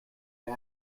bad